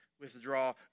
withdraw